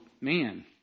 man